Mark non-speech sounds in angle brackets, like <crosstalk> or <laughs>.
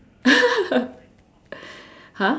<laughs>